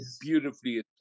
beautifully